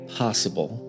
possible